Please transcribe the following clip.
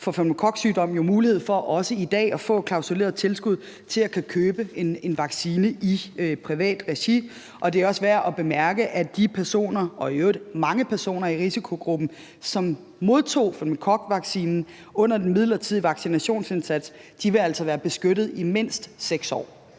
for pneumokoksygdom, jo i dag også mulighed for få et klausuleret tilskud til at kunne købe en vaccine i privat regi. Det er også værd at bemærke, at de personer – og i øvrigt mange personer – i risikogruppen, som modtog pneumokokvaccinen under den midlertidige vaccinationsindsats, altså vil være beskyttet i mindst 6 år.